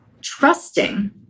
trusting